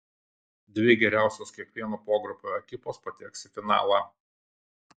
dvi geriausios kiekvieno pogrupio ekipos pateks į finalą